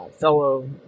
fellow